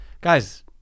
guys